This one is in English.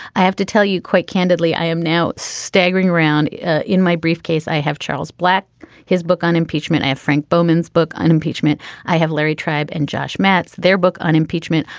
i have to tell you quite candidly i am now staggering around in my briefcase. i have charles black his book on impeachment i have frank bowman's book on impeachment i have larry tribe and josh mattes their book on impeachment.